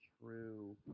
true